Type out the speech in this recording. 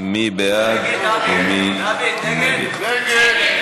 מי בעד ומי נגד?